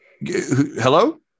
Hello